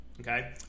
Okay